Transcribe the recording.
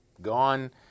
gone